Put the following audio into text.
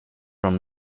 from